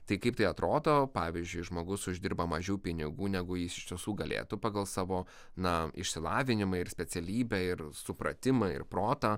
tai kaip tai atrodo pavyzdžiui žmogus uždirba mažiau pinigų negu jis iš tiesų galėtų pagal savo na išsilavinimą ir specialybę ir supratimą ir protą